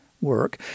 work